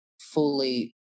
fully